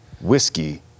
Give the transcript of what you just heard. whiskey